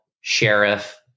sheriff